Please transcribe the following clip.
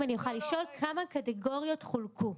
אני יכולה לשאול כמה קטגוריות חולקו?